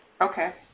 Okay